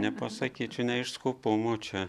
nepasakyčiau ne iš skūpumo čia